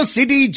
City